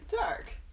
dark